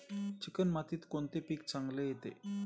Chicken मातीत कोणते पीक चांगले येते?